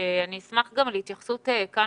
אומר שאני אשמח גם להתייחסות כאן,